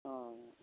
हाँ हाँ